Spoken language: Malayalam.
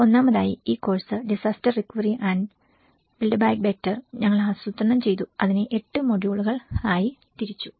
ഒന്നാമതായി ഈ course disaster recovery and build back better ഞങ്ങൾ ആസൂത്രണം ചെയ്തു അതിനെ 8 മൊഡ്യൂളുകൾ ആയി തിരിച്ചു